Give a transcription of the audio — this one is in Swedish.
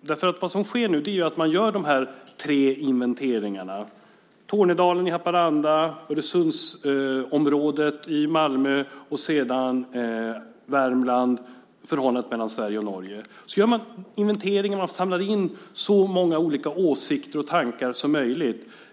Det som sker nu är ju att man gör de här tre inventeringarna: Tornedalen i Haparanda, Öresundsområdet i Malmö och sedan Värmland, förhållandet mellan Sverige och Norge. Man gör en inventering och samlar in så många olika tankar och åsikter som möjligt.